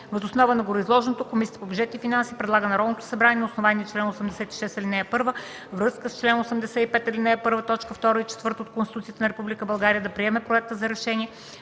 Въз основана гореизложеното Комисията по бюджет и финанси предлага на Народното събрание на основание чл. 86, ал. 1, във връзка с чл. 85, ал. 1, т. 2 и 4 от Конституцията на Република България да приеме Проекта за решение